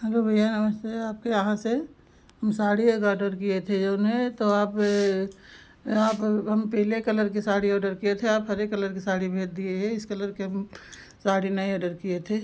hello भैया नमस्ते आपके यहाँ से हम साड़ी एक ऑडर किए थे जो है तो आप है आप हम पीले कलर की साड़ी ऑडर किए थे आप हरे कलर की साड़ी भेज दिए है इस कलर के हम साड़ी नहीं आडर किए थे